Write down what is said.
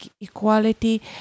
equality